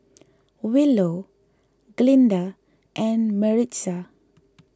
Willow Glinda and Maritza